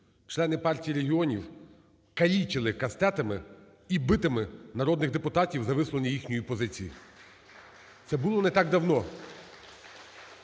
члени Партії регіонів калічили кастетами і бітами народних депутатів за висловлення їхньої позиції, це не було не так давно.